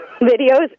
videos